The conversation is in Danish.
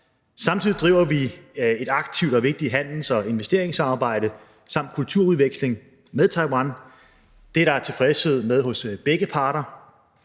Samtidig driver vi et aktivt og vigtigt handels- og investeringssamarbejde samt kulturudveksling med Taiwan. Det er der tilfredshed med hos begge parter.